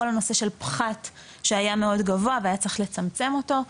כל הנושא של פחת שהיה מאוד גבוה והיה צריך לצמצם אותו.